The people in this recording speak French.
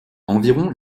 environ